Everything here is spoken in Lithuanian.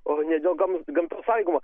o ne dėl gam gamta saugojimo